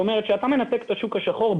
כשאתה מנתק את השוק השחור,